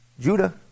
Judah